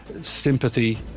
sympathy